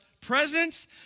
presence